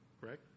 correct